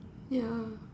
ya